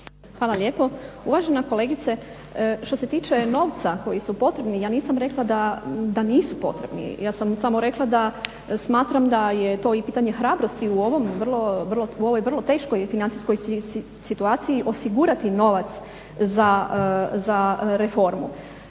Hvala lijepo. Uvažena kolegice, što se tiče novca koji su potrebni, ja nisam rekla da nisu potrebni, ja sam samo rekla da smatram da je to i pitanje hrabrosti u ovom vrlo, u ovoj vrlo teškoj financijskoj situaciji osigurati novac za reformu.